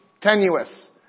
tenuous